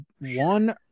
one